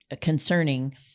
concerning